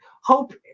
hope